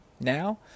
now